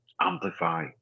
amplify